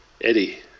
Eddie